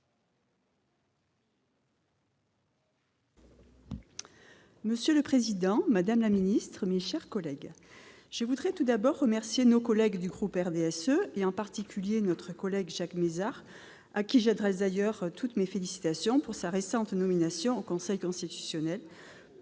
Monsieur le président, madame la ministre, mes chers collègues, je voudrais tout d'abord remercier nos collègues du groupe du RDSE, en particulier Jacques Mézard, à qui j'adresse d'ailleurs mes félicitations pour sa récente nomination au Conseil constitutionnel,